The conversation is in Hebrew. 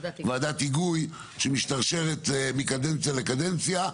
ועדת היגוי שמשתרשרת מקדנציה לקדנציה.